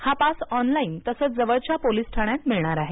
हा pass online तसच जवळच्या पोलिस ठाण्यात मिळणार आहे